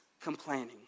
complaining